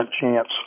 chance